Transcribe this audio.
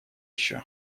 ещё